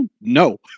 no